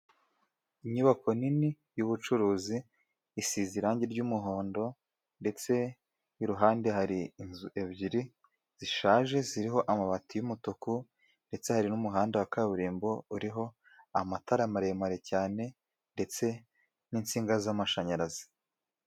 Inyubako nini y'ubucuruzi, isize irangi ry'umuhondo, ndetse n'iruhande hari inzu ebyiri zishaje ziriho amabati y'umutuku, ndetse hari n'umuhanda wa kaburimbo uriho amatara maremare cyane, ndetse n'insinga z'amashanyarazi.